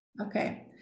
Okay